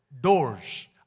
doors